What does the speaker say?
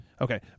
Okay